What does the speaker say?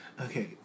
Okay